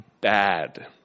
bad